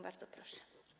Bardzo proszę.